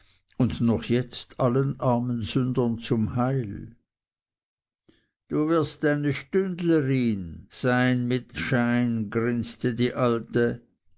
und noch jetzt allen armen sündern zum heil du wirst eine stündlerin sein mit schein grinste die alte